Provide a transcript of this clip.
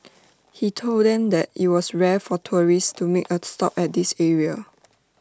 he told them that IT was rare for tourists to make A stop at this area